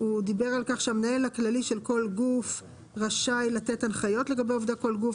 דיבר על כך שהמנהל הכללי של כל גוף רשאי לתת הנחיות לגבי עובדי כל גוף,